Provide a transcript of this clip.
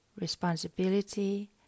responsibility